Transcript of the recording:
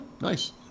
nice